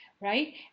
right